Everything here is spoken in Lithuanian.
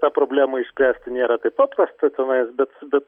tą problemą išspręsti nėra taip paprasta tenais bet bet